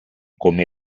come